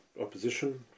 opposition